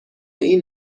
این